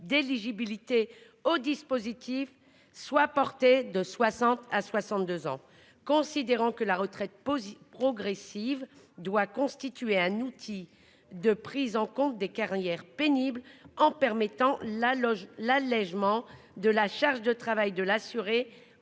d'éligibilité au dispositif soit porté de 60 à 62 ans, considérant que la retraite progressive doit constituer un outil de prise en compte des carrières pénibles en permettant l'allégement de la charge de travail de l'assuré